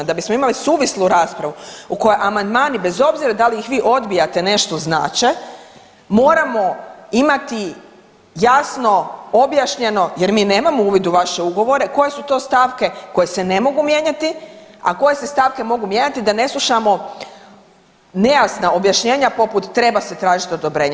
Da bismo imali suvislu raspravu u kojoj amandmani bez obzira da li ih vi odbijate nešto znače, moramo imati jasno objašnjeno jer mi nemamo uvid u vaše ugovore koje su to stavke koje se ne mogu mijenjati, a koje se stavke ne mogu mijenjati da ne slušamo nejasna objašnjenja, poput treba se tražiti odobrenje.